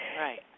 Right